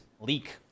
leak